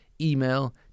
email